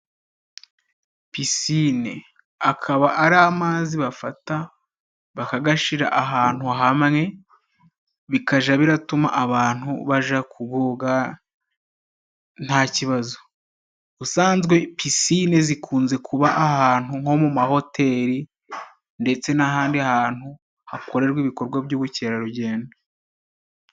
Pisine akaba ari amazi bafata bakagashira ahantu hamwe. Bikaja biratuma abantu baja kuhoga nta kibazo. Ubusanzwe pisine zikunze kuba ahantu nko mu mahoteli, ndetse n'ahandi hantu hakorerwa ibintu by'ubukerarugendo.